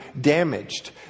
damaged